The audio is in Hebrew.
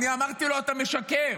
אמרתי לו: אתה משקר,